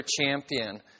champion